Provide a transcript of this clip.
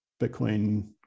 bitcoin